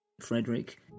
Frederick